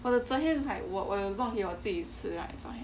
昨天我有 like 我有弄给我自己吃 right 昨天